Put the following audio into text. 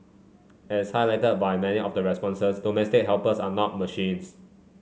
as highlighted by many of the responses domestic helpers are not machines